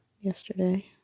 yesterday